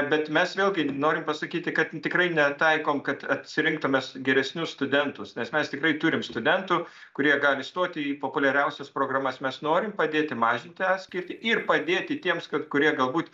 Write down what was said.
bet mes vėlgi norim pasakyti kad tikrai netaikom kad atsirinktume geresnius studentus nes mes tikrai turim studentų kurie gali stoti į populiariausias programas mes norim padėti mažinti atskirtį ir padėti tiems kad kurie galbūt